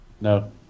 No